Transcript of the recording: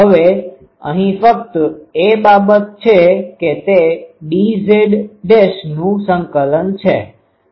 હવે અહીં ફક્ત એ બાબત છે કે તે dZ'નું સંકલન છે